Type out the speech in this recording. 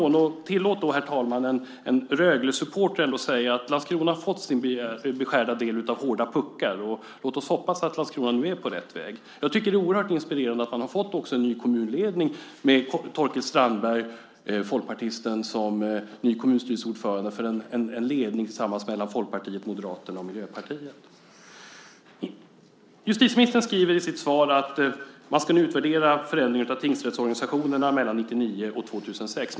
Tillåt ändå en Röglesupporter att säga att Landskrona har fått sin beskärda del av hårda puckar. Och låt oss hoppas att Landskrona nu är på rätt väg. Jag tycker att det är oerhört inspirerande att man också har fått en ny kommunledning med folkpartisten Torkild Strandberg som ny kommunstyrelseordförande för en ledning bestående av Folkpartiet, Moderaterna och Miljöpartiet. Justitieministern skriver i sitt svar att man nu ska utvärdera förändringarna av tingsrättsorganisationerna mellan 1999 och 2006.